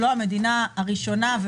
אנחנו לא המדינה הראשונה,